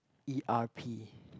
e_r_p